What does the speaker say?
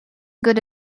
good